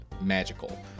magical